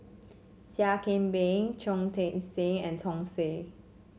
Seah Kian Peng Chong Tze Chien and Som Said